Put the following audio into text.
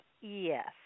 Yes